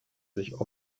sich